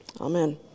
Amen